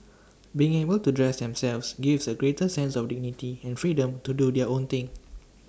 being able to dress themselves gives A greater sense of dignity and freedom to do their own thing